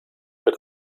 mit